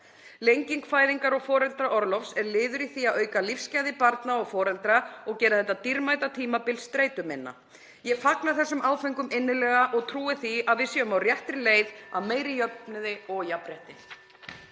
Lenging fæðingar- og foreldraorlofs er liður í því að auka lífsgæði barna og foreldra og gera þetta dýrmæta tímabil streituminna. Ég fagna þessum áföngum innilega og trúi því að við séum á réttri leið að meiri jöfnuði og jafnrétti.